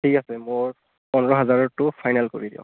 ঠিক আছে মোৰ পোন্ধৰ হাজাৰটো ফাইনেল কৰি দিয়ক